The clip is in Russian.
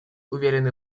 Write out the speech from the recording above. уверены